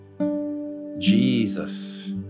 Jesus